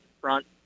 front